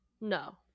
No